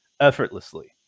effortlessly